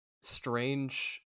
strange